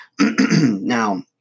now